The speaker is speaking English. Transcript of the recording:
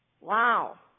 wow